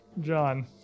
John